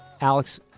Alex